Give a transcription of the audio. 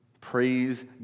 Praise